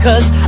Cause